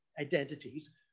identities